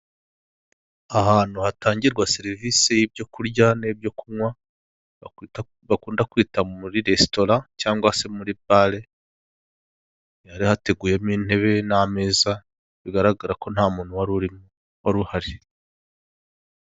Ahantu hatangirwa serivisi y'ibyo kurya n'ibyo kunywa, bakunda kwita muri resitora cyangwa se muri bare, hari hateguyewemo intebe n'ameza, bigaragara ko nta muntu wari uhari.